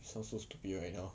sound so stupid right now